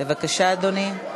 בבקשה, אדוני.